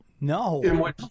No